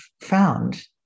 found